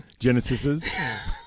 Genesises